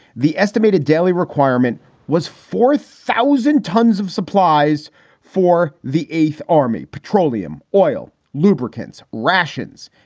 the estimated daily requirement was four thousand tons of supplies for the eighth army petroleum oil, lubricants, rations,